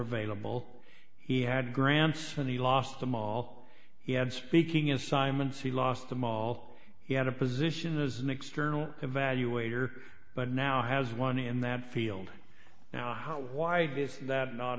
available he had grants when he lost them all he had speaking assignments he lost them all he had a position as an external value waiter but now has one in that field now why does that not